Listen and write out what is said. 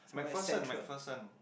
MacPherson MacPherson